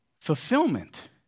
fulfillment